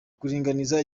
kuringaniza